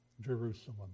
Jerusalem